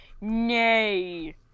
Nay